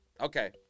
Okay